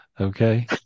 Okay